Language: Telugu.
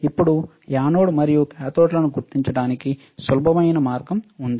ఇప్పుడు యానోడ్ మరియు కాథోడ్లను గుర్తించడానికి సులభమైన మార్గం ఉంది